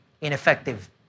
ineffective